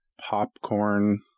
Popcorn